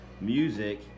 music